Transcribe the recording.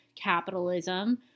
capitalism